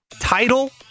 Title